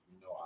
no